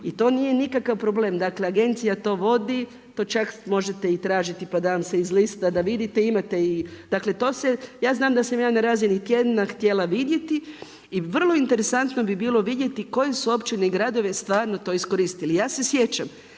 i to nije nikakav problem, dakle agencija to vodi, to čak možete i tražiti pa da vam se izlista da vidite, imate i, dakle to se, ja znam da sam ja na razini tjedna htjela vidjeti. I vrlo interesantno bi bilo vidjeti koje su općine i gradovi stvarno to iskoristili. Ja se sjećam